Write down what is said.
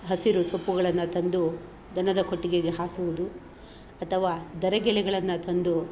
ಹಸಿರು ಸೊಪ್ಪುಗಳನ್ನು ತಂದು ದನದ ಕೊಟ್ಟಿಗೆಗೆ ಹಾಸುವುದು ಅಥವ ತರೆಗೆಲೆಗಳನ್ನ ತಂದು